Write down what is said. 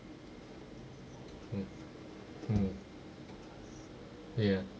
mm mm ya